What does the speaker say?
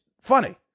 funny